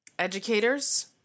Educators